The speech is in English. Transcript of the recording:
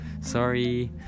Sorry